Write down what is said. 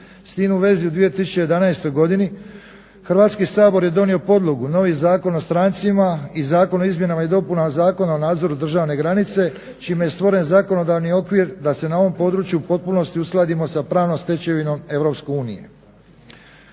S tim u vezi u 2011. godini Hrvatski sabor je donio podlogu, novi Zakon o strancima i Zakon o izmjenama i dopunama Zakona o nadzoru državne granice čime je stvoren zakonodavni okvir da se na ovom području u potpunosti uskladimo sa pravnom stečevinom EU.